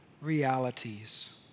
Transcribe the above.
realities